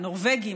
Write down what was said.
הנורבגי,